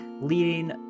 leading